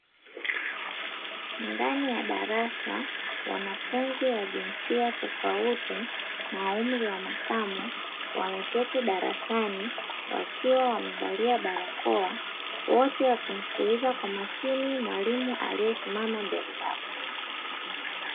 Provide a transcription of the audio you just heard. Ndani ya darasa, wanafunzi wa jinsia tofauti na wa umri mbalimbali wameketi wakiwa wamevaa barakoa. Wote wanasikiliza kwa makini mwalimu alie simama mbele yao.